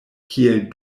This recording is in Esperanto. kiel